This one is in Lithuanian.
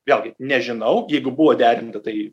vėlgi nežinau jeigu buvo derinta tai